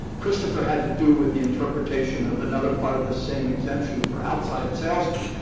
christopher had to do with the interpretation of another part of this same exemption for outside salesmen.